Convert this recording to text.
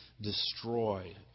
destroy